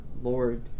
Lord